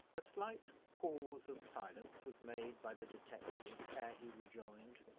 a slight pause of silence was made by the detective ere he rejoined.